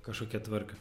kažkokią tvarką